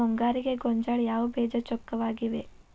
ಮುಂಗಾರಿಗೆ ಗೋಂಜಾಳ ಯಾವ ಬೇಜ ಚೊಕ್ಕವಾಗಿವೆ?